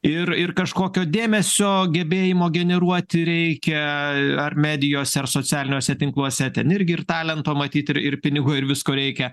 ir ir kažkokio dėmesio gebėjimo generuoti reikia ar medijose ar socialiniuose tinkluose ten irgi ir talento matyt ir ir pinigo ir visko reikia